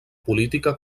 política